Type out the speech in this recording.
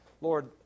Lord